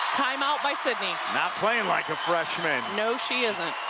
time-out by sidney. not playing like a freshman. no, she isn't.